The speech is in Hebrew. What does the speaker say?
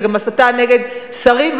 זה גם הסתה נגד שרים,